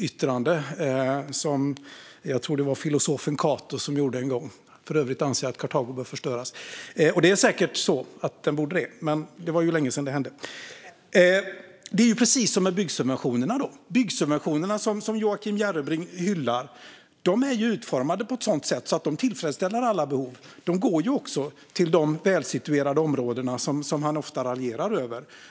Jag tror att det var filosofen Cato som en gång gjorde yttrandet: För övrigt anser jag att Karthago bör förstöras. Det är säkert så att det borde det. Men det var länge sedan det hände. Det är precis som med byggsubventionerna. De byggsubventioner som Joakim Järrebring hyllar är utformade på ett sådant sätt att de tillfredsställer alla behov, och de går även till de välsituerade områden han ofta raljerar över.